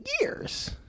years